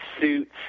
suits